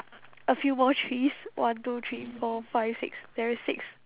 a few more trees one two three four five six there is six